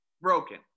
Broken